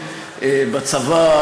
בצבא,